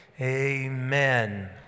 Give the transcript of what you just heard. Amen